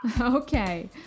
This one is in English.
Okay